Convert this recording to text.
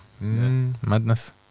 Madness